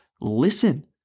listen